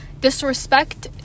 disrespect